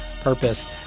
purpose